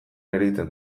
ereiten